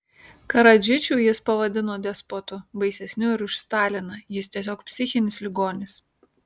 karadžičių jis pavadino despotu baisesniu ir už staliną jis tiesiog psichinis ligonis